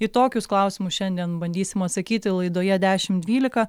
į tokius klausimus šiandien bandysim atsakyti laidoje dešim dvylika